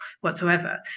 whatsoever